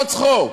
לא צחוק.